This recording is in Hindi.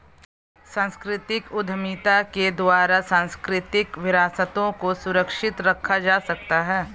सांस्कृतिक उद्यमिता के द्वारा सांस्कृतिक विरासतों को सुरक्षित रखा जा सकता है